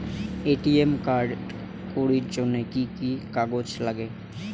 ATM card করির জন্যে কি কি কাগজ নাগে?